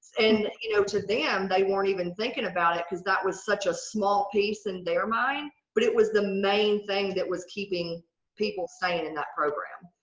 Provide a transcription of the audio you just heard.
and you know to them they weren't even thinking about it because that was such a small piece in their mind but it was the main thing that was keeping people staying in that program.